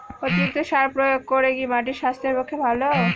অতিরিক্ত সার প্রয়োগ কি মাটির স্বাস্থ্যের পক্ষে ভালো?